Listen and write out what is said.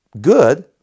good